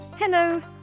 Hello